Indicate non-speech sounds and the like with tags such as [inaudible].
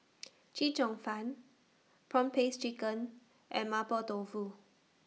[noise] Chee Cheong Fun Prawn Paste Chicken and Mapo Tofu